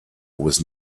was